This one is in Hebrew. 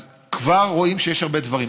אז כבר רואים שיש הרבה דברים,